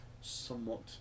somewhat